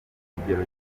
kigero